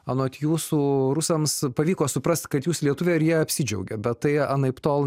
anot jūsų rusams pavyko suprast kad jūs lietuvė ir jie apsidžiaugė bet tai anaiptol